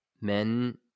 men